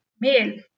male